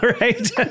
right